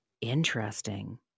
Interesting